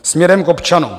Směrem k občanům.